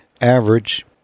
average